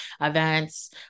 events